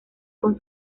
con